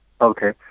Okay